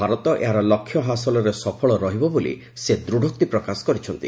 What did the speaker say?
ଭାରତ ଏହାର ଲକ୍ଷ୍ୟ ହାସଲରେ ସଫଳ ରହିବ ବୋଲି ସେ ଦୃଢ଼ୋକ୍ତି ପ୍ରକାଶ କରିଛନ୍ତି